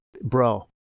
bro